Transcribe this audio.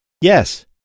Yes